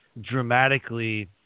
dramatically